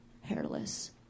hairless